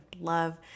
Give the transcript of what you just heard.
love